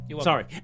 Sorry